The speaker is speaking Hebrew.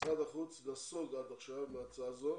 משרד החוץ נסוג עד עכשיו מההצעה הזאת